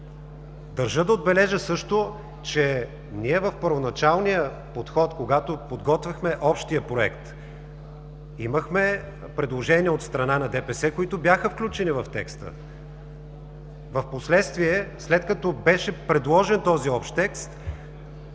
Държа да отбележа също, че в първоначалния подход, когато подготвяхме общия Проект, имахме предложения от страна на ДПС, които бяха включени в текста. Впоследствие, след като беше предложен този общ текст,